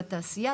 בתעשייה,